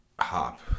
hop